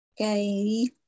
Okay